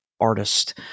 artist